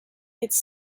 its